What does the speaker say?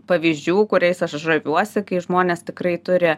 pavyzdžių kuriais aš žaviuosi kai žmonės tikrai turi